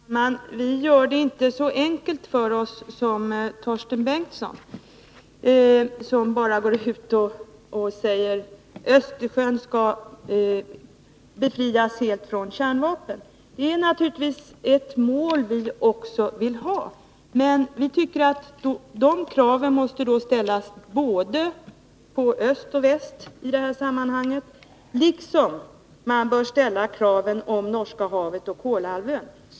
Herr talman! Vi gör det inte så enkelt för oss som Torsten Bengtson, som bara deklarerar att Östersjön skall vara helt fritt från kärnvapen. Det är naturligtvis ett mål som också vi vill uppnå, men vi menar att kravet i det sammanhanget måste ställas både på öst och väst liksom att det skall omfatta även Norska havet och Kolahalvön.